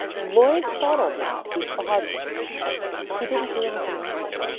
lloyd thought a lot, he thought he didn't do anything lightly.